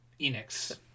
Enix